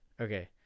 okay